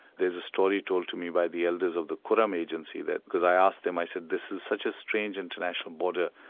there's a story told to me by the elders of the quram agency, because i asked them, i said, this is such a strange international border,